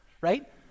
right